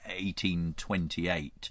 1828